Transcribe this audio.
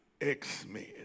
X-Men